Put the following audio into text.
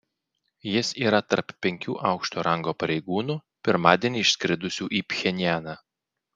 jis yra tarp penkių aukšto rango pareigūnų pirmadienį išskridusių į pchenjaną